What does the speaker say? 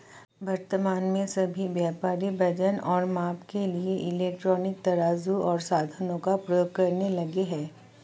वर्तमान में सभी व्यापारी वजन और माप के लिए इलेक्ट्रॉनिक तराजू ओर साधनों का प्रयोग करने लगे हैं